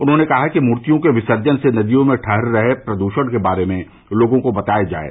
उन्होंने कहा कि मूर्तियों के विसर्जन से नदियों में ठहर रहे प्रद्शण के बारे में लोगों को बताया जाये